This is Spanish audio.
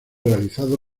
realizado